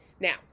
Now